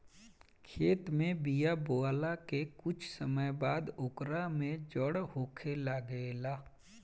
खेत में बिया बोआला के कुछ समय बाद ओकर में जड़ होखे लागेला